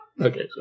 Okay